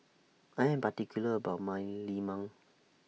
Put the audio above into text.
I Am particular about My Lemang